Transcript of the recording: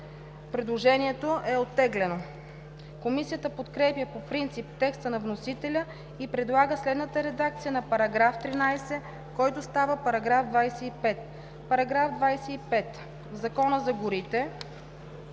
Предложението е оттеглено. Комисията подкрепя по принцип текста на вносителя и предлага следната редакция на § 13, който става § 25: „§ 25. В Закона за горите